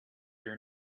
your